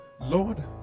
Lord